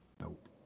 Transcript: Nope